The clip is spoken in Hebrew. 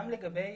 גם לגבי